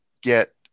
get